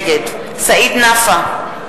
נגד סעיד נפאע,